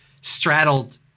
straddled